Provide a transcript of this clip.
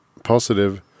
Positive